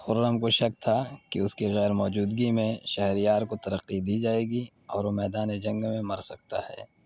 خرم کو شک تھا کہ اس کی غیرموجودگی میں شہریار کو ترقی دی جائے گی اور وہ میدانِ جنگ میں مر سکتا ہے